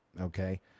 Okay